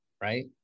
right